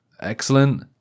excellent